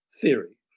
theory